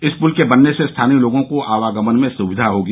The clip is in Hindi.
इस पुल के बनने से स्थानीय लोगों को आवागमन में सुविधा होगी